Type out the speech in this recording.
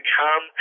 come